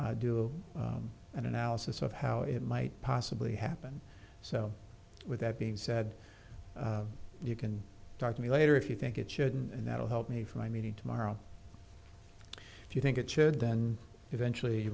do an analysis of how it might possibly happen so with that being said you can talk to me later if you think it should and that will help me for my meeting tomorrow if you think it should then eventually you